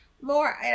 more